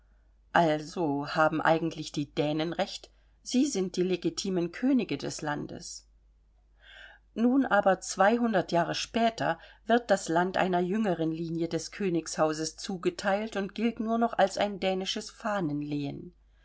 also haben eigentlich die dänen recht sie sind die legitimen könige des landes nun aber zweihundert jahre später wird das land einer jüngeren linie des königshauses zugeteilt und gilt nur noch als ein dänisches